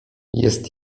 jest